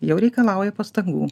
jau reikalauja pastangų